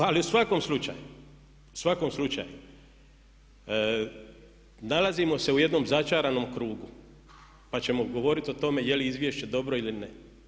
Ne, ali u svakom slučaju, u svakom slučaju, nalazimo se u jednom začaranom krugu, pa ćemo govoriti o tome je li izvješće dobro ili ne.